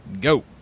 go